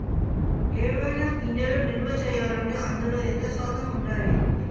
ఏవైనా గింజలు నిల్వ చేయాలంటే అందులో ఎంత శాతం ఉండాలి?